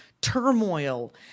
turmoil